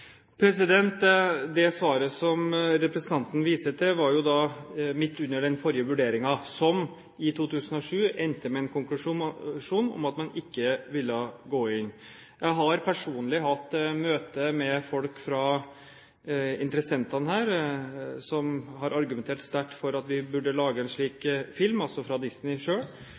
Det svaret som representanten viser til, var gitt midt under den forrige vurderingen som, i 2007, endte med en konklusjon om at man ikke ville gå inn. Jeg har personlig hatt møte med folk blant interessentene her – Disney selv – som har argumentert sterkt for at vi burde lage en slik film.